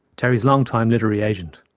terry's long-time literary agent.